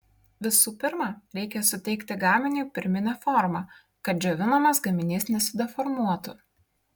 visų pirma reikia suteikti gaminiui pirminę formą kad džiovinamas gaminys nesideformuotų